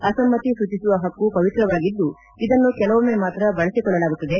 ಅಸಮ್ಮತಿ ಸೂಚಿಸುವ ಹಕ್ಕು ಪವಿತ್ರದ್ದಾಗಿದ್ದು ಇದನ್ನು ಕೆಲವೊಮ್ಮೆ ಮಾತ್ರ ಬಳಸಿಕೊಳ್ಳಲಾಗುತ್ತದೆ